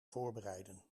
voorbereiden